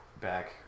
back